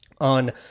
on